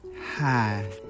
Hi